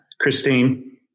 Christine